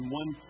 one